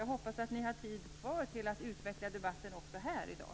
Jag hoppas att ni har taletid kvar till att utveckla debatten också här i dag.